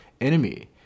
enemy